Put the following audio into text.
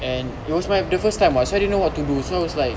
and it was my the first time what so I didn't know what to do so I was like